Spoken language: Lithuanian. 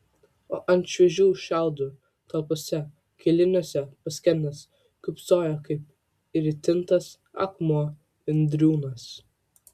o ant šviežių šiaudų talpiuose kailiniuose paskendęs kūpsojo kaip įritintas akmuo indriūnas